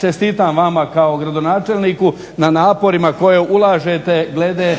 čestitam vama kao gradonačelniku na naporima koje ulažete glede